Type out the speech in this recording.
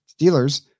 Steelers